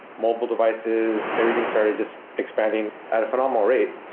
mobile devices everything started just expanding at a phenomenal rate,